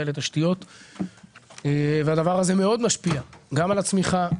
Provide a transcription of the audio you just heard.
לתשתיות - הדבר הזה מאוד משפיע גם על הצמיחה,